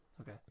Okay